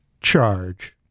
Charge